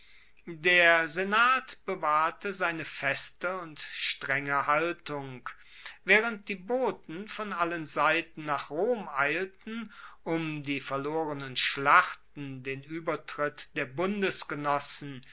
der senat bewahrte seine feste und strenge haltung waehrend die boten von allen seiten nach rom eilten um die verlorenen schlachten den uebertritt der